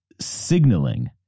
signaling